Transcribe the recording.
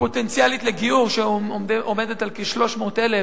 הפוטנציאלית לגיור, שעומדת על כ-300,000,